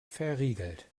verriegelt